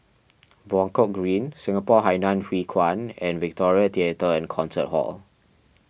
Buangkok Green Singapore Hainan Hwee Kuan and Victoria theatre and Concert Hall